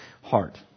heart